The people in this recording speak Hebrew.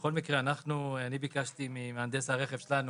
בכל מקרה, ביקשתי ממהנדס הרכב שלנו